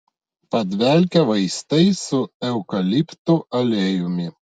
padvelkė vaistais su eukaliptų aliejumi